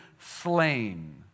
slain